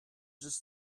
just